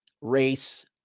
race